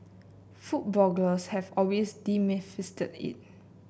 food bloggers have always it